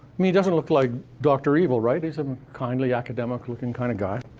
he doesn't look like dr. evil, right? he's a kindly academic looking kind of guy.